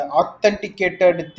authenticated